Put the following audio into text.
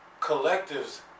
collectives